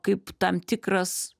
kaip tam tikras